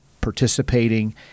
participating